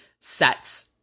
sets